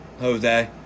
Jose